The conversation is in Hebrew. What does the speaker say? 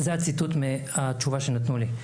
זה הציטוט מהתשובה שנתנו לי.